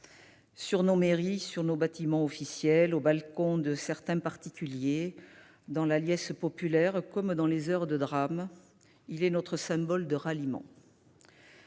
de nos mairies, de nos bâtiments officiels, au balcon de certains particuliers, dans la liesse populaire comme dans les heures de drame, ce drapeau est notre symbole de ralliement.